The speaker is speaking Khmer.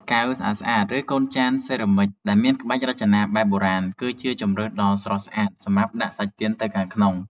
កែវស្អាតៗ ឬកូនចានសេរ៉ាមិចដែលមានក្បាច់រចនាបែបបុរាណ គឺជាជម្រើសដ៏ស្រស់ស្អាតសម្រាប់ដាក់សាច់ទៀនទៅខាងក្នុង។